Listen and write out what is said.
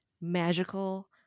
Magical